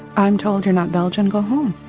i'm told you're not belgian go home'.